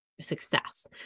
success